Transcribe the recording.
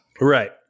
Right